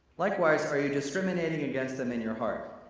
likewise, are you discriminating against them in your heart?